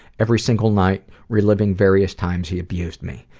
every single night reliving various times he abused me.